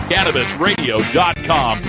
CannabisRadio.com